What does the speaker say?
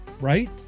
right